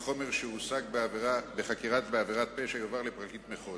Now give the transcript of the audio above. חומר שהושג בחקירה בעבירת פשע יועבר לפרקליט מחוז.